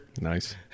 Nice